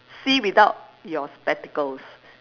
see without your spectacles